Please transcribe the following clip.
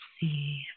see